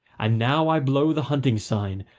and now i blow the hunting sign,